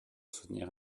soutenir